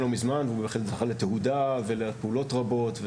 לא מזמן והוא בהחלט זכה לתהודה ולפעולות רבות,